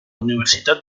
universitat